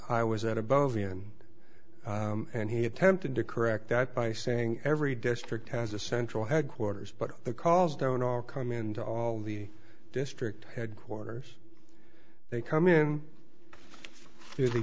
i was at a bovey and and he attempted to correct that by saying every district has a central headquarters but the calls don't all come in to all the district headquarters they come in through the